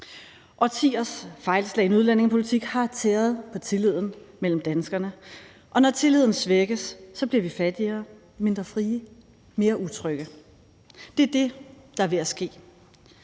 Årtiers fejlslagne udlændingepolitik har tæret på tilliden mellem danskerne, og når tilliden svækkes, bliver vi fattigere, mindre frie, mere utrygge. Det er det, der er ved at ske.